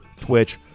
twitch